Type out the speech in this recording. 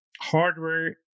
hardware